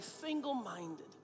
single-minded